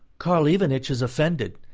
karl ivanitch is offended,